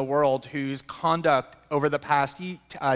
the world whose conduct over the past